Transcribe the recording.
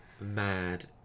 mad